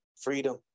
freedom